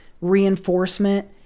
reinforcement